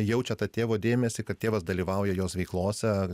jaučia tą tėvo dėmesį kad tėvas dalyvauja jos veiklose